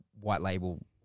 white-label